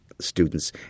students